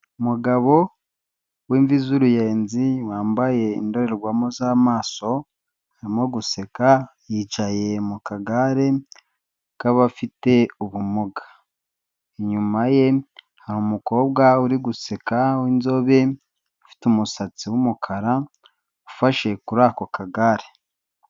Umugabo w'imvi z'uruyenzi wambaye indorerwamo z'amaso arimo guseka yicaye mu kagare k'abafite ubumuga, inyuma ye hari umukobwa uri guseka w'inzobe ufite umusatsi w'umukara ufashe kuri ako kagare.